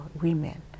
women